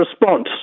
response